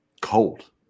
cold